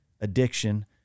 Addiction